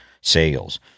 sales –